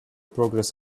progress